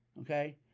okay